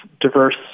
diverse